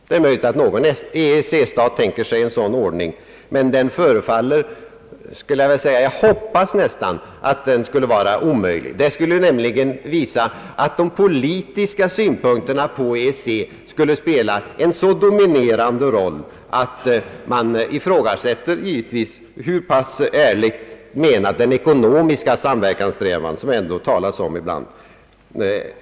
Det är möjligt att någon EEC-stat tänker sig något annat, men jag hoppas faktiskt för min del att detta är uteslutet — annars måste slutsatsen bli att de politiska synpunkterna i EEC skulle spela en så dominerande roll att man måste ifrågasätta hur pass ärligt menad den ekonomiska samarbetssträvan är, som man ändå talar om ibland.